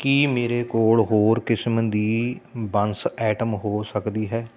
ਕੀ ਮੇਰੇ ਕੋਲ ਹੋਰ ਕਿਸਮ ਦੀ ਬੰਸ ਐਟਮ ਹੋ ਸਕਦੀ ਹੈ